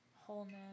wholeness